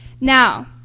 Now